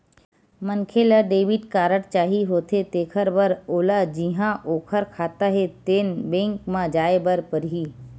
मनखे ल debit card चाही होथे तेखर बर ओला जिहां ओखर खाता हे तेन बेंक म जाए बर परही